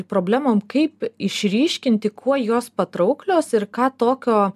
problemom kaip išryškinti kuo jos patrauklios ir ką tokio